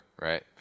right